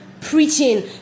preaching